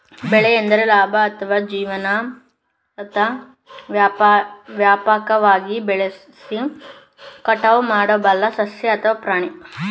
ಬೆಳೆ ಎಂದರೆ ಲಾಭ ಅಥವಾ ಜೀವನಾಧಾರಕ್ಕಾಗಿ ವ್ಯಾಪಕವಾಗಿ ಬೆಳೆಸಿ ಕಟಾವು ಮಾಡಬಲ್ಲ ಸಸ್ಯ ಅಥವಾ ಪ್ರಾಣಿ ಉತ್ಪನ್ನ